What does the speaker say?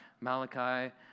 Malachi